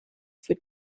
für